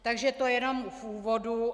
Takže to jenom v úvodu.